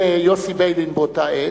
ויוסי ביילין באותה עת,